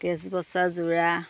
কেছবচা যোৰা